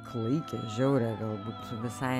klaikią žiaurią galbūt visai